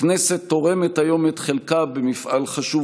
הכנסת תורמת היום את חלקה במפעל חשוב